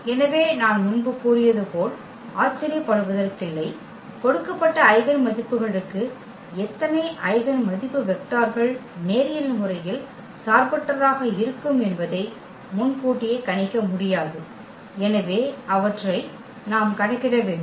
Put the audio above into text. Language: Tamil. எனவே நான் முன்பு கூறியது போல் ஆச்சரியப்படுவதற்கில்லை கொடுக்கப்பட்ட ஐகென் மதிப்புகளுக்கு எத்தனை ஐகென் மதிப்பு வெக்டர்கள் நேரியல் முறையில் சார்பற்றதாக இருக்கும் என்பதை முன்கூட்டியே கணிக்க முடியாது எனவே அவற்றை நாம் கணக்கிட வேண்டும்